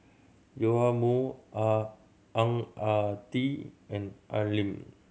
Joash Moo Ah Ang Ah Tee and Al Lim